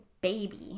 baby